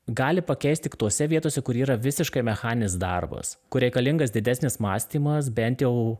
gali pakeist tik tose vietose kur yra visiškai mechaninis darbas kur reikalingas didesnis mąstymas bent jau